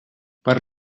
per